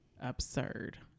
absurd